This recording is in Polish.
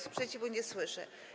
Sprzeciwu nie słyszę.